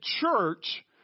church